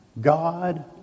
God